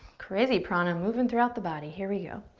crazy prana moving throughout the body. here we go.